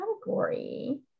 category